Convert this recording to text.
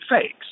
fakes